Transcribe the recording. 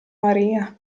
maria